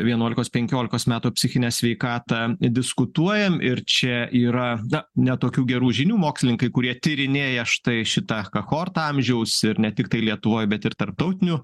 vienuolikos penkiolikos metų psichinę sveikatą diskutuojam ir čia yra na ne tokių gerų žinių mokslininkai kurie tyrinėja štai šitą kahortą amžiaus ir ne tiktai lietuvoj bet ir tarptautiniu